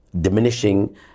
diminishing